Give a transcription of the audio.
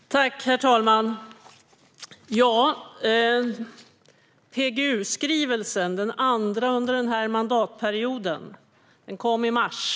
Herr talman! Den här PGU-skrivelsen, som jag nu visar för kammarens ledamöter, är den andra under den här mandatperioden, och den kom i mars.